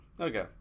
Okay